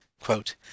Quote